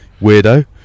Weirdo